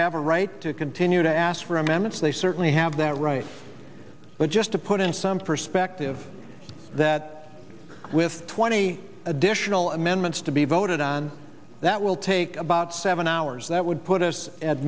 have a right to continue to ask for m m s they certainly have that right but just to put in some perspective that with twenty additional amendments to be voted on that will take about seven hours that would put us at